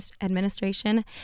administration